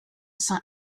saint